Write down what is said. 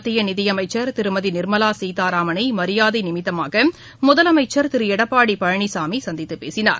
மத்திய நிதி அமைச்சர் திருமதி நிர்மலா சீதாராமனை மரியாதை நிமித்தமாக முதலமைச்சர் திரு எடப்பாடி பழனிசாமி சந்தித்துப் பேசினார்